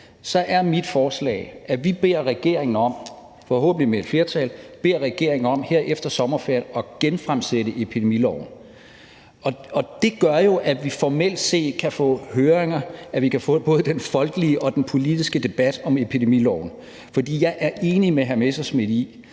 er mit forslag, at vi beder regeringen om – forhåbentlig med et flertal – her efter sommerferien at genfremsætte epidemiloven. Det gør jo, at vi formelt set kan få høringer, og at vi kan få både den folkelige og den politiske debat om epidemiloven. For jeg er enig med hr. Morten Messerschmidt i,